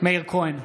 מאיר כהן,